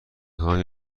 خواهم